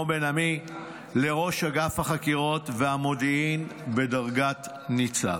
בן עמי לראש אגף החקירות והמודיעין בדרגת ניצב.